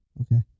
Okay